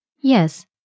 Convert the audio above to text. Yes